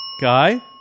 Guy